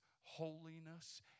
holiness